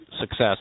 success